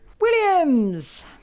Williams